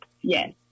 Yes